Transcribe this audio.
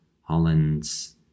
Holland's